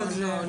לא רק זה.